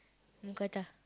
mookata